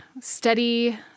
steady